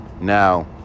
Now